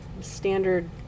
standard